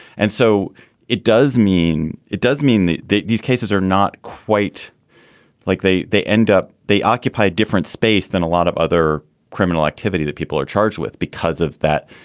and so it does mean it does mean that these cases are not quite like they they end up they occupy different space than a lot of other criminal activity that people are charged with because of that.